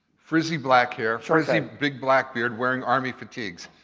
frizzy black hair, frizzy big black beard wearing army fatigues.